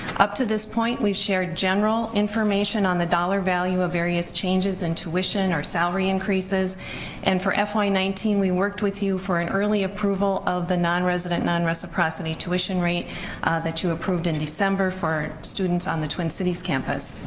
up to this point we've shared general information on the dollar value of various changes in tuition or salary increases and for fy nineteen we worked with you for an early approval of the non resident non reciprocity tuition rate that you approved in december for students on the twin cities campus.